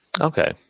Okay